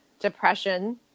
depression